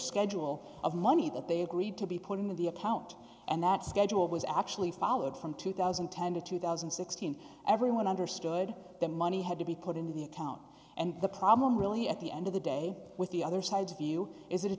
schedule of money that they agreed to be put into the account and that schedule was actually followed from two thousand and ten to two thousand and sixteen everyone understood that money had to be put into the account and the problem really at the end of the day with the other side's view is that it